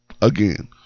again